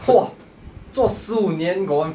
!wah! 做十五年 got one